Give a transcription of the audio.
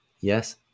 Yes